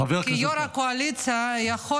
חבר הכנסת כץ.